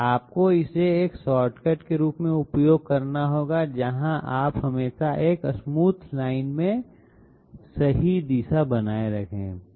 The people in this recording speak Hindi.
आपको इसे एक शॉर्टकट के रूप में उपयोग करना होगा जहां आप हमेशा एक स्मूथ लाइन में सही दिशा बनाए रखें